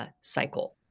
cycle